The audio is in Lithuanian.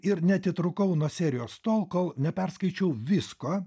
ir neatitrūkau nuo serijos tol kol neperskaičiau visko